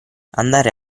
andare